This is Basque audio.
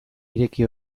ireki